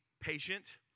patient